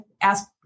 ask